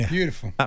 Beautiful